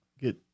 get